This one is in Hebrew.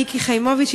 מיקי חיימוביץ,